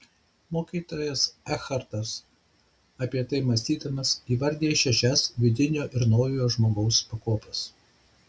mokytojas ekhartas apie tai mąstydamas įvardija šešias vidinio ir naujojo žmogaus pakopas